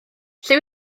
lle